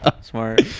smart